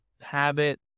habit